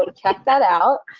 ah check that out.